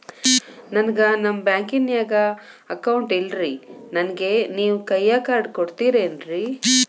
ನನ್ಗ ನಮ್ ಬ್ಯಾಂಕಿನ್ಯಾಗ ಅಕೌಂಟ್ ಇಲ್ರಿ, ನನ್ಗೆ ನೇವ್ ಕೈಯ ಕಾರ್ಡ್ ಕೊಡ್ತಿರೇನ್ರಿ?